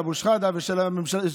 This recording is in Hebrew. אבו שחאדה וולדימיר,